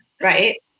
right